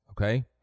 okay